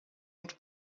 und